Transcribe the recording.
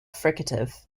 fricative